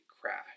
crash